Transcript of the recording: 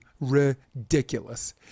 Ridiculous